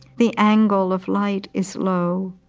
the angle of light is low,